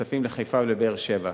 יוקמו ויופעלו שמונה מרכזים ברחבי הארץ,